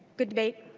good debate.